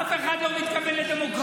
אף אחד לא מתכוון לדמוקרטיה.